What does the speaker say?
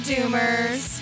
Doomers